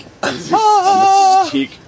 Mystique